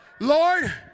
Lord